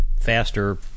faster